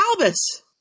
Albus